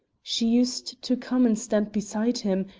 she used to come and stand beside him,